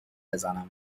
بزنم